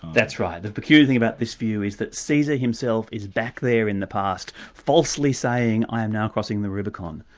that's right, the peculiar thing about this view is that caesar himself is back there in the past falsely saying i am now crossing the rubicon.